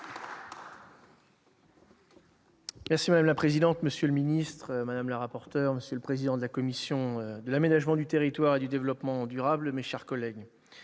Madame la présidente, monsieur le ministre d'État, monsieur le président de la commission de l'aménagement du territoire et du développement durable, mes chers collègues,